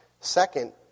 Second